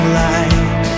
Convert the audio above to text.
light